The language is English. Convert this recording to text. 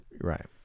Right